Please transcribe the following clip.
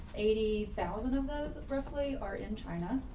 eighty thousand of those roughly are in china